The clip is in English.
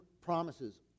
promises